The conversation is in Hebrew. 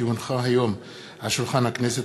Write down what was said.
כי הונחו היום על שולחן הכנסת,